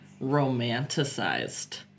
romanticized